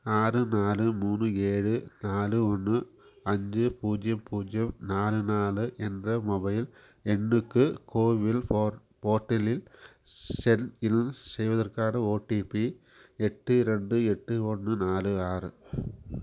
ஆறு நாலு மூணு ஏழு நாலு ஒன்று அஞ்சு பூஜ்ஜியம் பூஜ்ஜியம் நாலு நாலு என்ற மொபைல் எண்ணுக்கு கோவில் போர்ட் போர்ட்டலில் செல்இல் செய்வதற்கான ஓடிபி எட்டு ரெண்டு எட்டு ஒன்று நாலு ஆறு